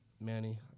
Manny